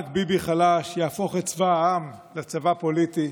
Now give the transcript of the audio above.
רק ביבי חלש יהפוך את צבא העם לצבא פוליטי,